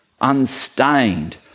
unstained